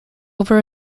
over